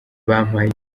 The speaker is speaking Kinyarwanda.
bampaye